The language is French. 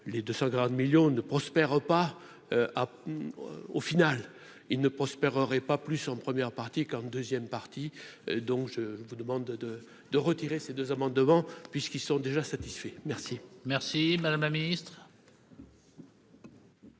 grade millions ne prospère pas ah au final il ne prospère aurait pas plus en première partie, comme 2ème partie donc je vous demande de de retirer ces deux amendements puisqu'ils sont déjà satisfaits merci. Merci madame la Ministre.